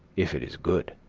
if it is good.